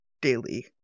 daily